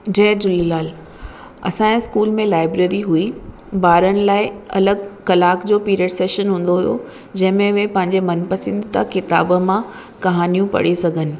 जय झूलेलाल असांजे स्कूल में लाइब्रेरी हुई ॿारनि लाइ अलॻि कलाक जो पीरिअड सेशन हूंदो हुयो जंहिं में उहे पंहिंजे मनपसंदि किताब मां कहाणियूं पढ़ी सघनि